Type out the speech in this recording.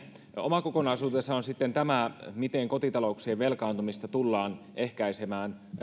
oma kokonaisuutensa on sitten se miten kotitalouksien velkaantumista tullaan ehkäisemään